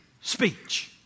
speech